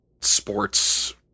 sports